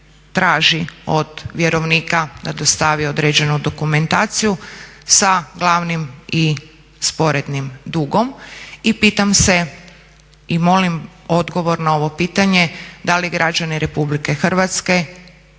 od vjerovnika da dostavi određenu dokumentaciju sa glavnim i sporednim dugom. I pitam se i molim odgovor na ovo pitanje da li građani RH kojima su